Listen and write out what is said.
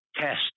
test